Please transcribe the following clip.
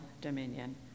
dominion